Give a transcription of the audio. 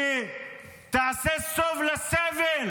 שתעשה סוף לסבל